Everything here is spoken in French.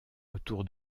autour